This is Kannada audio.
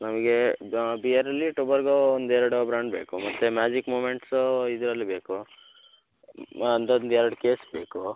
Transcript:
ನಮಗೆ ಗಾ ಬಿಯರಲ್ಲಿ ಟುಬರ್ಗೋ ಒಂದು ಎರಡು ಬ್ರಾಂಡ್ ಬೇಕು ಮತ್ತು ಮ್ಯಾಜಿಕ್ ಮುಮೆಂಟ್ಸೂ ಇದ್ರಲ್ಲಿ ಬೇಕು ಅಂದಂದು ಎರಡು ಕೇಸ್ ಬೇಕು